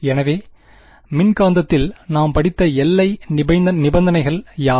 எனவே மின்காந்தத்தில் நாம் படித்த எல்லை நிபந்தனைகள் யாவை